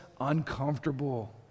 uncomfortable